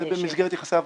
זה במסגרת יחסי עבודה.